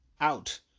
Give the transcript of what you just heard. out